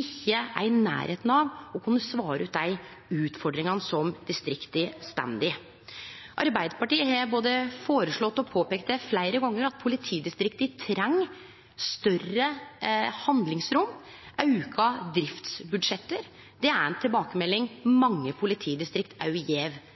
ikkje er i nærleiken av å kunne svare ut dei utfordringane som distrikta står i. Arbeidarpartiet har både føreslått og påpeikt fleire gonger at politidistrikta treng større handlingsrom og auka driftsbudsjett. Det er òg ei tilbakemelding mange politidistrikt gjev oss.